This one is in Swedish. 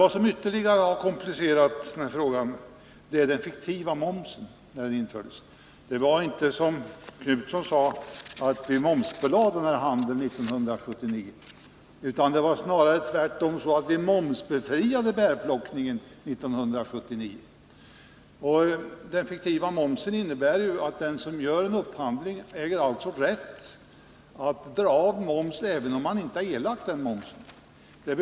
Vad som ytterligare har komplicerat frågan är införandet av den fiktiva momsen. Det är inte, så som Göthe Knutson sade, att vi momsbelade bärplockningen 1979. Snarare är det så att vi 1979 momsbefriade den här handeln. Den fiktiva momsen innebär ju att den som gör en upphandling äger rätt att dra av momsen även om han inte erlagt någon moms.